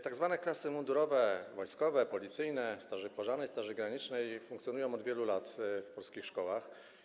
Tak zwane klasy mundurowe, wojskowe, policyjne, straży pożarnej, straży granicznej funkcjonują od wielu lat w polskich szkołach.